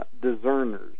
discerners